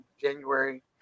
January